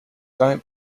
don’t